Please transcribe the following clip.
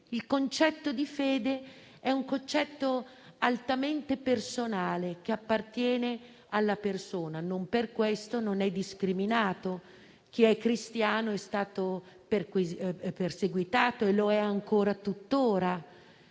Quello di fede è un concetto altamente personale, appartiene alla persona; non per questo non è discriminato. Chi è cristiano è stato perseguitato e lo è tuttora;